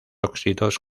óxidos